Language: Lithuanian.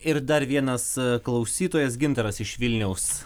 ir dar vienas klausytojas gintaras iš vilniaus